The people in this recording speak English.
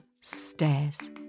stairs